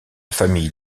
famille